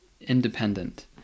independent